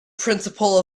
principle